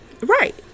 right